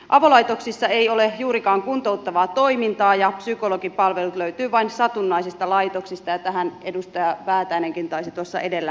avolaitoksissa ei ole juurikaan kuntouttavaa toimintaa ja psykologipalvelut löytyvät vain satunnaisista laitoksista ja tähän edustaja väätäinenkin taisi tuossa edellä viitata